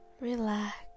relax